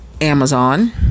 Amazon